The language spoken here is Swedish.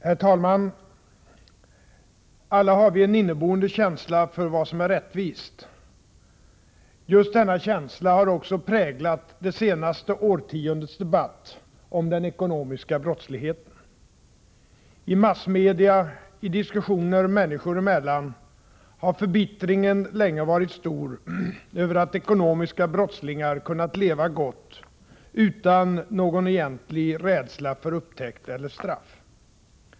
Herr talman! Alla har vi en inneboende känsla för vad som är rättvist. Just denna känsla har också präglat det senaste årtiondets debatt om den ekonomiska brottsligheten. 3 I massmedia, i diskussioner människor emellan, har förbittringen länge varit stor över att ekonomiska brottslingar kunnat leva gott utan någon egentlig rädsla för upptäckt eller straff.